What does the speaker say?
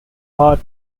part